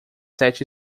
sete